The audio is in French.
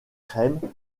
crème